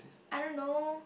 I don't know